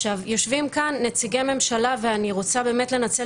יושבים כאן נציגי ממשלה ואני רוצה לנצל